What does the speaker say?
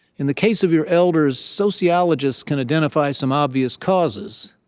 in the case of your elders, sociologists can identify some obvious causes.